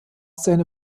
seine